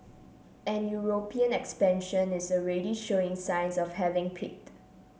and European expansion is already showing signs of having peaked